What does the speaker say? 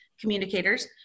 communicators